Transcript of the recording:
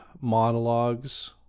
monologues